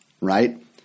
Right